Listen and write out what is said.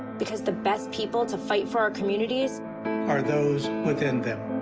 because the best people to fight for our communities are those within them.